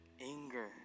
anger